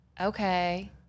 Okay